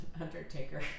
Undertaker